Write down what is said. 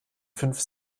fünf